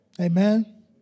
Amen